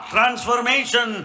transformation